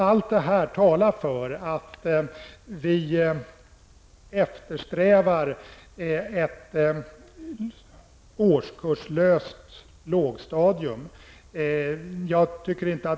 Allt detta talar för att vi eftersträvar ett årskurslöst lågstadium.